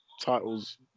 titles